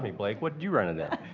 blake. what did you run it in?